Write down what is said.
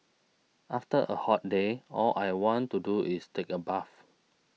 after a hot day all I want to do is take a bath